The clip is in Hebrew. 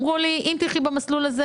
אמרו לי: אם תלכי במסלול הזה